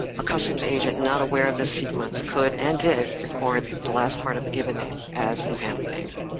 a customs agent not aware of this sequence could and did record the last part of the given name as the family name.